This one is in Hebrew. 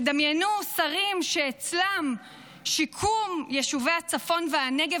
דמיינו שרים שאצלם שיקום יישובי הצפון והנגב